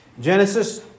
Genesis